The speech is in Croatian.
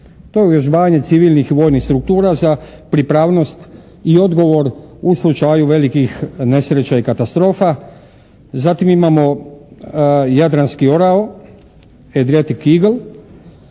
To je uvježbavanje civilnih i vojnih struktura za pripravnost i odgovor u slučaju velikih nesreća i katastrofa. Zatim imamo "Jadranski orao", "Adriatic